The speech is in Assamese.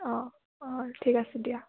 অঁ অঁ ঠিক আছে দিয়া